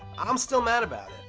i'm still mad about it.